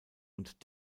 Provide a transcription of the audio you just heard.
und